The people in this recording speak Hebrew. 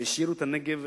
1990 1991,